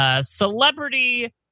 Celebrity